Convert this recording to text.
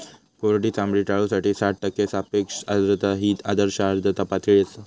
कोरडी चामडी टाळूसाठी साठ टक्के सापेक्ष आर्द्रता ही आदर्श आर्द्रता पातळी आसा